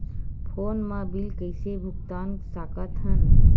Phone मा bill कइसे भुक्तान साकत हन?